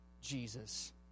Jesus